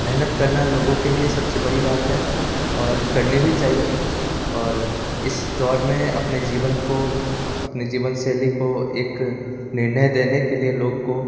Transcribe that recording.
मेहनत करना लोगों के लिए सबसे बड़ी बात है और करनी भी चाहिए और इस दौर में अपने जीवन को अपने जीवन शैली को एक निर्णय देने के लिए लोग को